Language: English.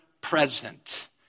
present